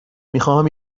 میخواهم